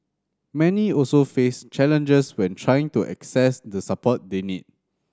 many also face challenges when trying to access the support they need